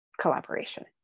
collaboration